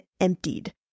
emptied